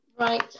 Right